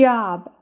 Job